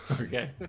okay